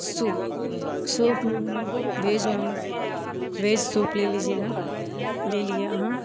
सुप soup veg veg soup ले लीजियेगा लए लिअऽ अहाँ